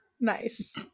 nice